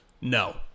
No